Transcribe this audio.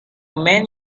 man